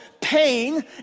pain